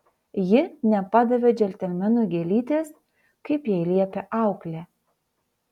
ji nepadavė džentelmenui gėlytės kaip jai liepė auklė